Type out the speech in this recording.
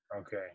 Okay